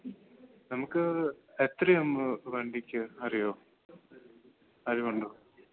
നമുക്ക് എത്രയാവും വണ്ടിക്ക് അറിയുമോ അറിവുണ്ടോ